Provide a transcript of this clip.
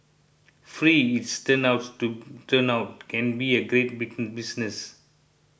free it's turn out to turn out can be a great business